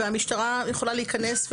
והמשטרה יכולה להיכנס.